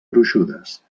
gruixudes